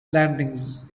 landings